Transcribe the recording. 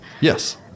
Yes